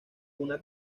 una